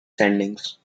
standings